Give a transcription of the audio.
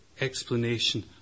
explanation